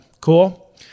Cool